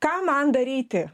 ką man daryti